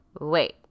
Wait